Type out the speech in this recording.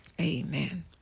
Amen